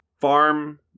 farm